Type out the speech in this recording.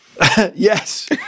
Yes